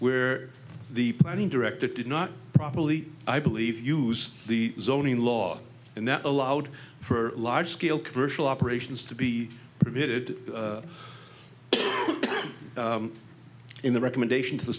where the planning director did not properly i believe use the zoning law and that allowed for large scale commercial operations to be permitted in the recommendation to the